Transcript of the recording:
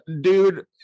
dude